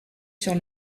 sur